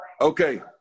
okay